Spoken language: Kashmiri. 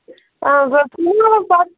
اَہَن حظ آ تُہۍ یِیِو وۅنۍ پَتہٕ